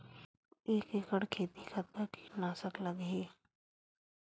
एक एकड़ खेती कतका किट नाशक लगही?